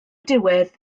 diwedd